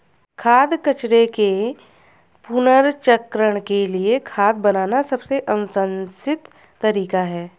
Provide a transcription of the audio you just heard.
खाद्य कचरे के पुनर्चक्रण के लिए खाद बनाना सबसे अनुशंसित तरीका है